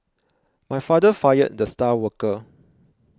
my father fired the star worker